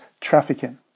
trafficking